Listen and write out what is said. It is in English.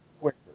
quicker